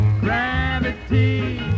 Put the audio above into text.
Gravity